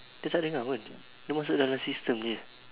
dia tak dengar pun dia masuk dalam sistem jer